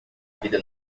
vida